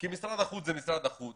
כי משרד החוץ הוא משרד החוץ,